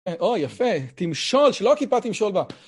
או יפה, תמשול, שלא כיפה תמשול בה.